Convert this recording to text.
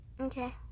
Okay